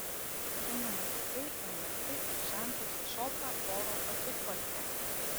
šiandien ir vaikai ir marti ir žentas šoka oro pasiutpolkę